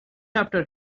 after